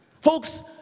folks